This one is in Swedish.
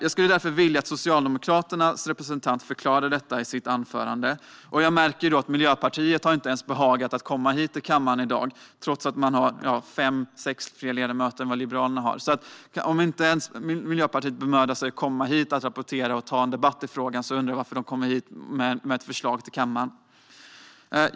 Jag skulle därför vilja att Socialdemokraternas representant förklarar detta i sitt anförande. Jag märker att Miljöpartiet inte ens har behagat att komma hit till kammaren i dag, trots att man har fem sex fler ledamöter än vad Liberalerna har. Om Miljöpartiet inte ens bemödar sig att komma hit och ta en debatt i frågan undrar jag varför de lägger fram ett förslag i kammaren.